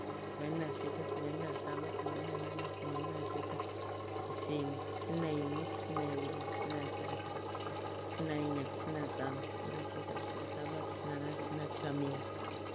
Semanini na sita. semanini na saba. semanini na nane. semanini na tisa, tisini. tisini na imu. tisini na ivili. tisini na isatru. tisini na iinya. tisini na tanu. tisini na sita. tisini na saba. tisini na nane. tisini na tisa. mia.